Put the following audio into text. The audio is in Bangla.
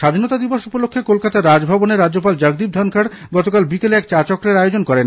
স্বাধীনতা দিবস উপলক্ষ্যে কলকাতার রাজভবনে রাজ্যপাল জগদীপ ধনখড় গতকাল বিকেলে এক চা চক্রের আয়োজন করেন